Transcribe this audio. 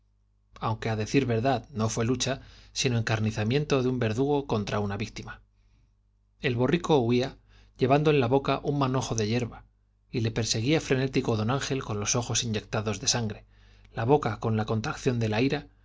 aunqne á decir verdad no fué lucha sino encarni zamiento de un verdugo contra unavíctima el borrico huía llevando en la boca le un manojo de hierba ry perseguía frenético don ángel con los ojos inyec tados de sangre la boca con la contracción de